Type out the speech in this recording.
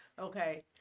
okay